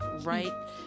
right